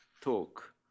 talk